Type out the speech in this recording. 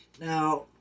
Now